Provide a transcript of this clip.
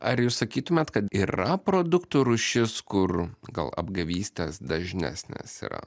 ar jūs sakytumėt kad yra produktų rūšis kur gal apgavystės dažnesnės yra